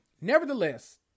Nevertheless